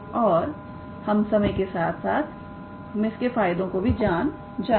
और हम समय के साथ साथ हम इसके फ़ायदों को भी जान जाएंगे